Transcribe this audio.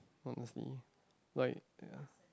honestly like yeah